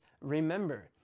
remember